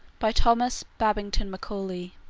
by thomas babington macaulay